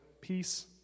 peace